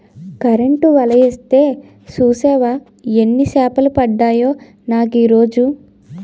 Current వల యేస్తే సూసేవా యెన్ని సేపలు పడ్డాయో నాకీరోజు?